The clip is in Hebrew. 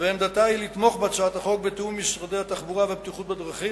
לתמוך בהצעת החוק בתיאום משרד התחבורה והבטיחות בדרכים,